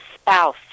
spouse